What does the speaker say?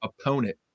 opponent